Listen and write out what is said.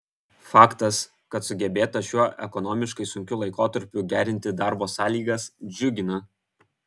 faktas kad sugebėta šiuo ekonomiškai sunkiu laikotarpiu gerinti darbo sąlygas džiugina